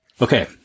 Okay